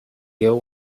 deal